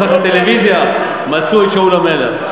מסך הטלוויזיה מצוי שאול המלך.